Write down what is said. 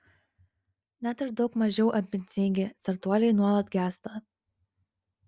net ir daug mažiau ambicingi startuoliai nuolat gęsta